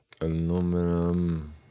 aluminum